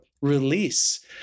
release